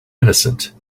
innocent